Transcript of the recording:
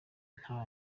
nta